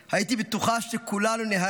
"הייתי בטוחה שכולנו ניהרג.